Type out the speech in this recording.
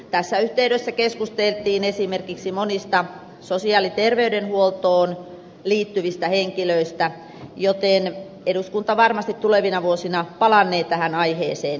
tässä yhteydessä keskusteltiin esimerkiksi monista sosiaali ja terveydenhuoltoon liittyvistä henkilöistä joten eduskunta varmasti tulevina vuosina palannee tähän aiheeseen